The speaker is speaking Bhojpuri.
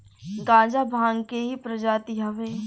गांजा भांग के ही प्रजाति हवे